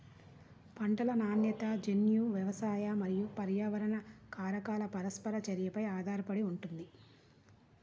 పంటల నాణ్యత జన్యు, వ్యవసాయ మరియు పర్యావరణ కారకాల పరస్పర చర్యపై ఆధారపడి ఉంటుంది